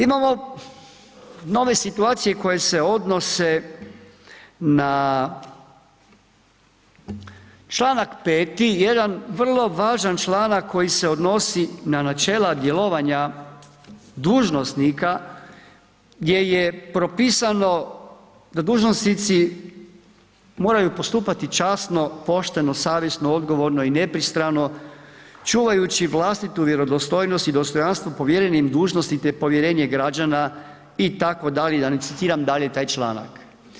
Imamo nove situacije koje se odnose na članak 5., jedan vrlo važan članak koji se odnosi na načela djelovanja dužnosnika gdje je propisano da dužnosnici moraju postupati časno, pošteno, savjesno, odgovorno i nepristrano čuvajući vlastitu vjerodostojnost i dostojanstvo povjerenim dužnosti te povjerenje građana itd., da ne citiram dalje taj članak.